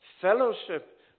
fellowship